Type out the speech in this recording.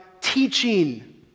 teaching